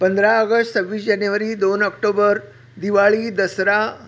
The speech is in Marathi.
पंधरा ऑगस्ट सव्वीस जानेवारी दोन ऑक्टोबर दिवाळी दसरा